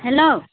hello